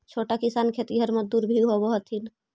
छोटा किसान खेतिहर मजदूर भी होवऽ हथिन